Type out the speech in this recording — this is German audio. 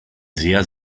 sehr